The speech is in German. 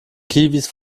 kiwis